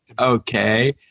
Okay